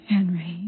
Henry